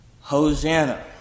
Hosanna